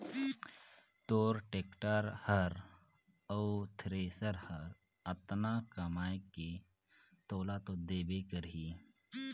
तोर टेक्टर हर अउ थेरेसर हर अतना कमाये के तोला तो देबे करही